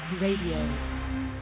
Radio